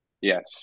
Yes